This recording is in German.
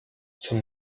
zum